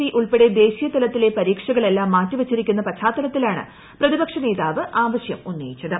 C ഉൾപ്പെടെ ദേശീയ തലത്തിൽ പരീക്ഷകളെല്ലാം മാറ്റിവച്ചിരിക്കുന്ന പശ്ചാത്തലത്തിലാണ് പ്രതിപക്ഷ നേതാവ് ആവശൃം ഉന്നയിച്ചത്